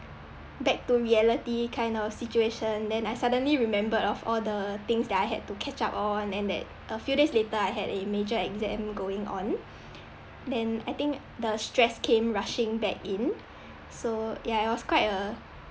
back to reality kind of situation then I suddenly remembered of all the things that I had to catch up all and then that a few days later I had a major exam going on then I think the stress came rushing back in so ya it was quite a